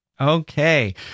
Okay